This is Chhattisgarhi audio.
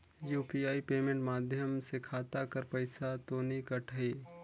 यू.पी.आई पेमेंट माध्यम से खाता कर पइसा तो नी कटही?